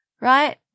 right